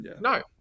No